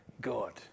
God